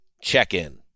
check-in